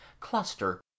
cluster